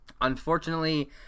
Unfortunately